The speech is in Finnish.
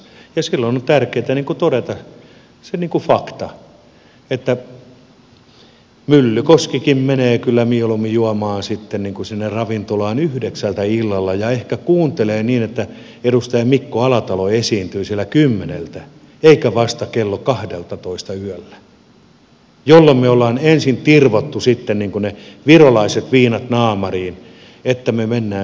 ja silloin on tärkeätä todeta se fakta että myllykoskikin menee kyllä mieluummin juomaan sitten sinne ravintolaan yhdeksältä illalla ja ehkä kuuntelee kun edustaja mikko alatalo esiintyy siellä kymmeneltä eikä vasta kello kahdeltatoista yöllä jolloin olisi ensin tirvottu ne virolaiset viinat naamariin ja menty sitten vasta ravintolaan